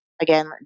again